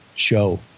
show